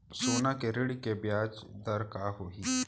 सोना के ऋण के ब्याज दर का होही?